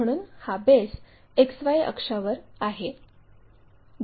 म्हणून हा base XY अक्षावर आहे